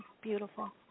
beautiful